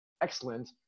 excellent